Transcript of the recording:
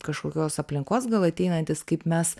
kažkokios aplinkos gal ateinantys kaip mes